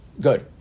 good